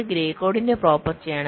അത് ഗ്രേ കോഡിന്റെ പ്രോപ്പർട്ടി ആണ്